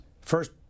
first